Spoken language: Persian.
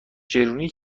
چرونی